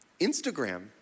Instagram